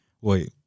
Wait